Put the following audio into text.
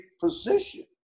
position